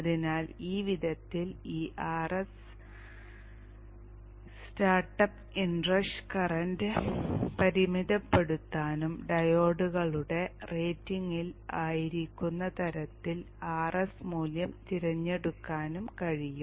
അതിനാൽ ഈ വിധത്തിൽ ഈ Rs startup inrush current പരിമിതപ്പെടുത്താനും ഡയോഡുകളുടെ റേറ്റിംഗിൽ ആയിരിക്കുന്ന തരത്തിൽ Rs മൂല്യം തിരഞ്ഞെടുക്കാനും കഴിയും